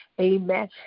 Amen